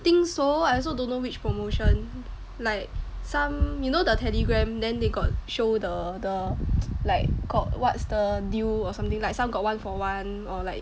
think so I also don't know which promotion like some you know the Telegram then they got show the the like got what's the deal or something like some got one for one or like